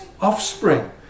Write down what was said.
offspring